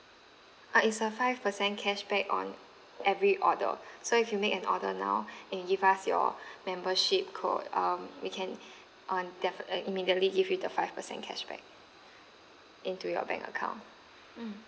uh it's a five percent cashback on every order so if you make an order now and give us your membership code um we can on defi~ uh immediately give you the five percent cash back into your bank account mm